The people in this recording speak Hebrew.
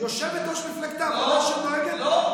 יושבת-ראש מפלגת העבודה, לא, לא.